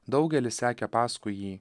daugelis sekė paskui jį